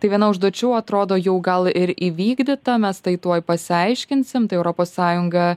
tai viena užduočių atrodo jau gal ir įvykdyta mes tai tuoj pasiaiškinsim tai europos sąjunga